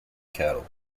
cattle